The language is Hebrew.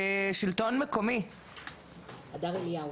הדר מהשלטון מקומי, שלום.